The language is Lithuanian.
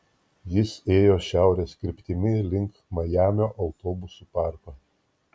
jis ėjo šiaurės kryptimi link majamio autobusų parko